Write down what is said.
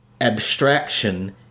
abstraction